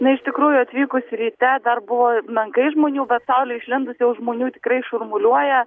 na iš tikrųjų atvykus ryte dar buvo menkai žmonių bet saulei išlindus jau žmonių tikrai šurmuliuoja